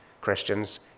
Christians